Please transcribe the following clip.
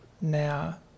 now